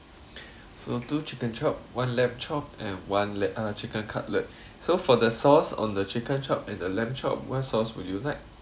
so two chicken chop one lamb chop and one let~ uh chicken cutlet so for the sauce on the chicken chop and the lamb chop what sauce would you like